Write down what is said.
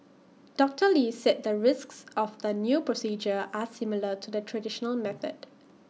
doctor lee said the risks of the new procedure are similar to the traditional method